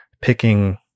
picking